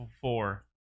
four